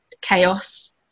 chaos